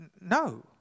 no